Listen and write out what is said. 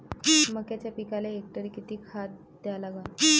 मक्याच्या पिकाले हेक्टरी किती खात द्या लागन?